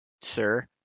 sir